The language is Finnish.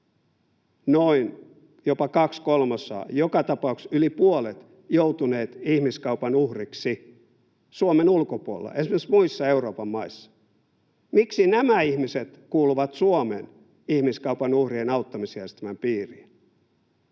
jopa noin kaksi kolmasosaa, joka tapauksessa yli puolet, joutunut ihmiskaupan uhriksi Suomen ulkopuolella, esimerkiksi muissa Euroopan maissa. Miksi nämä ihmiset kuuluvat Suomen ihmiskaupan uhrien auttamisjärjestelmän piiriin?